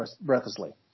breathlessly